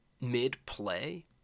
mid-play